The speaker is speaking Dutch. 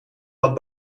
dat